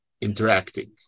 interacting